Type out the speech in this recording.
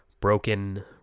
broken